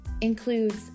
includes